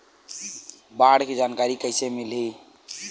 बाढ़ के जानकारी कइसे मिलही?